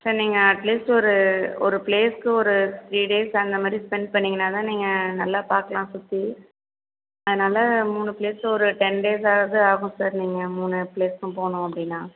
sir நீங்கள் at least ஒரு ஒரு பிளேஸ்க்கு ஒரு த்ரீ டேஸ் அந்தமாதிரி ஸ்பென்ட் பண்ணிங்ன்னா தான் நீங்கள் நல்லா பார்க்லாம் சுற்றி அதனால் மூணு பிளேஸில் ஒரு டென் டேஸாவது ஆகும் சார் நீங்கள் மூணு பிளேஸ்க்கும் போகணும் அப்படின்னா